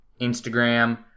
Instagram